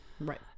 Right